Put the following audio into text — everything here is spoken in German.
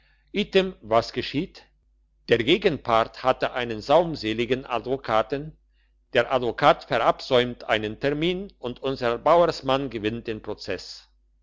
was geschieht der gegenpart hatte einen saumseligen advokaten der advokat verabsäumt einen termin und unser bauersmann gewinnt den prozess